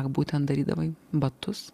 būtent darydavai batus